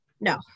No